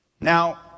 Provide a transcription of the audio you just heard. Now